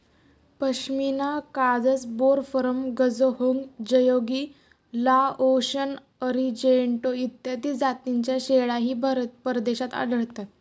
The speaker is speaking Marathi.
पश्मिना काजस, बोर, फर्म, गझहोंग, जयोगी, लाओशन, अरिजेंटो इत्यादी जातींच्या शेळ्याही परदेशात आढळतात